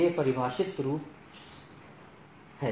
ये परिभाषित प्रारूप हैं